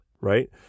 right